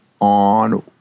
on